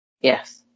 Yes